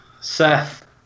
Seth